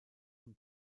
zum